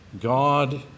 God